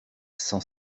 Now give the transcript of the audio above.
cent